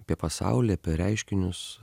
apie pasaulį apie reiškinius